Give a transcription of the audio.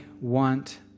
want